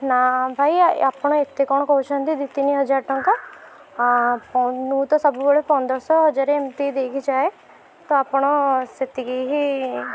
ନା ଭାଇ ଆପଣ ଏତେ କ'ଣ କହୁଛନ୍ତି ଦୁଇ ତିନିହଜାର ଟଙ୍କା ମୁଁ ତ ସବୁବେଳେ ପନ୍ଦରଶହ ହଜାର ଏମିତି ଦେଇକି ଯାଏ ତ ଆପଣ ସେତିକି ହିଁ